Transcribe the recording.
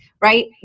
right